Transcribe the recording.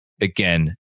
again